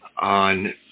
on